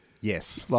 Yes